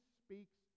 speaks